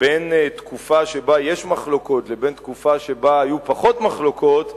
בין תקופה שבה יש מחלוקות לבין תקופה שבה היו פחות מחלוקות,